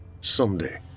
someday